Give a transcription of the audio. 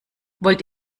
wollt